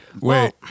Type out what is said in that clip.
Wait